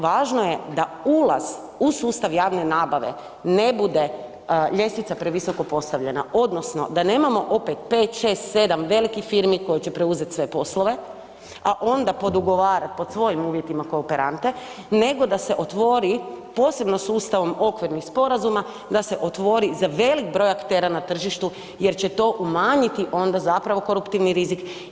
Važno je da ulaz u sustav javne nabave ne bude ljestvica previsoko postavljena, odnosno da nemamo opet 5, 6, 7 velikih firmi koje će preuzeti sve poslove, a onda podogovarat pod svojim uvjetima kooperante, nego da se otvori, posebno sustavom okvirnih sporazuma, da se otvori za velik broj aktera na tržištu jer će to umanjiti onda zapravo koruptivni rizik.